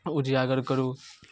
उजियागर करू